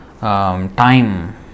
time